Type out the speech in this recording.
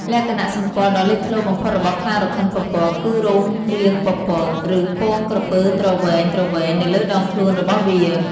លក្ខណៈសម្គាល់ដ៏លេចធ្លោបំផុតរបស់ខ្លារខិនពពក គឺ រោមរាងពពក ឬពងក្រពើទ្រវែងៗនៅលើដងខ្លួនរបស់វា។